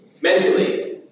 mentally